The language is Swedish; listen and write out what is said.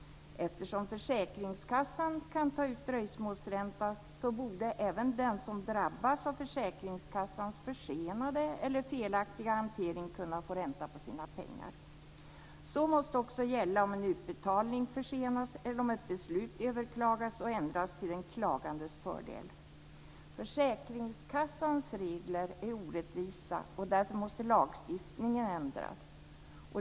Eftersom försäkringskassan kan ta ut dröjsmålsränta borde även den som drabbas av försäkringskassans försenade eller felaktiga hantering kunna få ränta på sina pengar. Så måste också gälla om en utbetalning försenas eller om ett beslut överklagas och ändras till den klagandes fördel. Försäkringskassans regler är orättvisa, och därför måste lagstiftningen ändras.